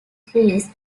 greece